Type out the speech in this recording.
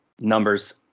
numbers